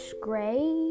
gray